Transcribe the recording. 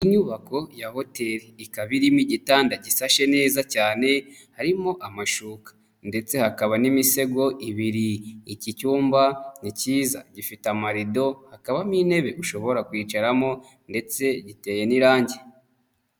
Inyubako ya hotel ikaba irimo igitanda gisashe neza cyane ,harimo amashuka ndetse hakaba n'imisego ibiri, iki cyumba ni cyiza gifite amarido, hakabamo intebe ushobora kwicaramo ndetse giteye n'irangi.